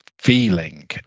feeling